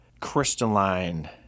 crystalline